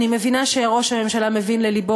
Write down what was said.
אני מבינה שראש הממשלה מבין ללבו,